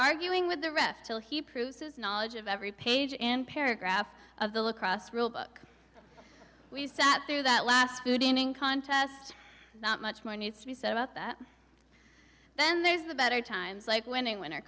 arguing with the ref till he proves his knowledge of every page in paragraph of the lacrosse rulebook we sat through that last food in contest not much more needs to be said about that then there's the better times like winning winter